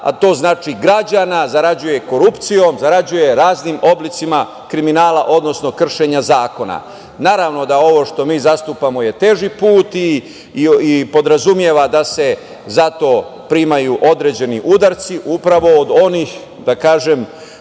a to znači građana, zarađuje korupcijom, zarađuje raznim oblicima kriminala, odnosno kršenja zakona. Naravno da ovo što mi zastupamo je teži put i podrazumeva da se za to primaju određeni udarci upravo od onih struktura